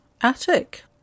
attic